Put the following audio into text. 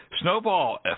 Snowball